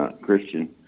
Christian